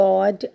God